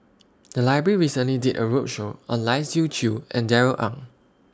The Library recently did A roadshow on Lai Siu Chiu and Darrell Ang